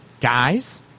guys